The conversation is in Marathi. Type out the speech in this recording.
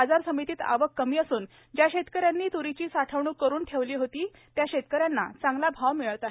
बाजार समितीत आवक कमी असून ज्या शेतकऱ्यांनी तुरीची साठवणूक करून ठेवली होती त्या शेतकऱ्यांना चांगला भाव मिळत आहे